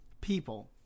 People